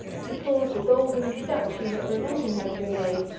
he caused a golden statue representing her to be made,